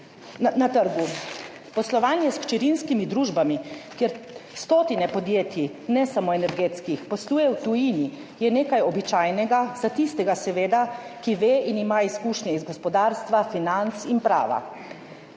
na trgu. Poslovanje s hčerinskimi družbami, kjer stotine podjetij, ne samo energetskih, posluje v tujini, je nekaj običajnega, za tistega seveda, ki ve in ima izkušnje iz gospodarstva, financ in prava.